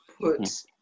put